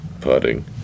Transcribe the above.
putting